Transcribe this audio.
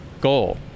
goal